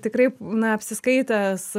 tikrai na apsiskaitęs